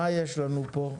מה יש לנו פה?